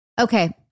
Okay